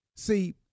See